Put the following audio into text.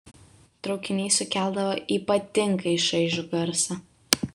traukiniai sukeldavo ypatingai šaižų garsą